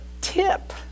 tip